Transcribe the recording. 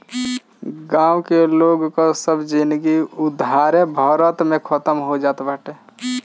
गांव के लोग कअ सब जिनगी उधारे भरत में खतम हो जात बाटे